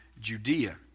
Judea